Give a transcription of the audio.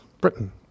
Britain